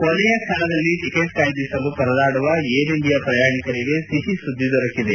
ಕೊನೆಯ ಕ್ಷಣದಲ್ಲಿ ಟಕೆಟ್ ಕಾಯ್ದಿರಿಸಲು ಪರದಾಡುವ ಏರ್ ಇಂಡಿಯಾ ಪ್ರಯಾಣಿಕರಿಗೆ ಸಿಹಿ ಸುದ್ದಿ ದೊರಕಿದೆ